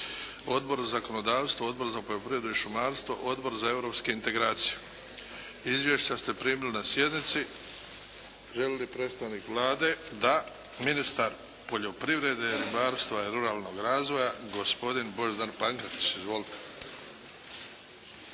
Odbor za zakonodavstvo, Odbor za poljoprivredu i šumarstvo, Odbor europske integracije. Izvješća ste primili na sjednici. Želi li predstavnik Vlade? Da. Ministar poljoprivrede, ribarstva i ruralnog razvoja gospodin Božidar Pankretić. Izvolite.